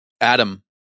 Adam